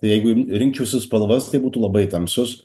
jeigu r rinkčiausi spalvas tai būtų labai tamsios